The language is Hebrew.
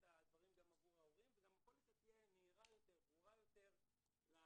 הדברים גם עבור ההורים וגם הפוליסה תהיה נהירה וברורה יותר להורה